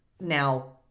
Now